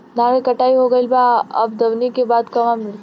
धान के कटाई हो गइल बा अब दवनि के बाद कहवा रखी?